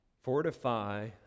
fortify